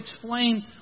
explain